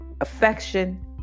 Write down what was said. Affection